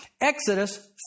Exodus